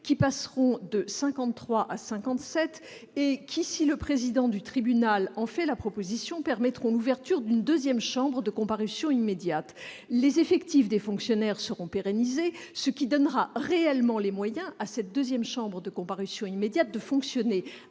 qui passeront de 53 à 57 et qui, si le président du tribunal en fait la proposition permettront, ouverture d'une 2ème, chambre de comparution immédiate, les effectifs des fonctionnaires seront pérennisés, ce qui donnera réellement les moyens à cette 2ème, chambre de comparution immédiate de fonctionner